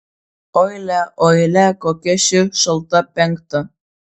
oi lia oi lia kokia ši šalta penkta